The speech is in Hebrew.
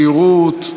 וזהירות,